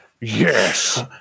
Yes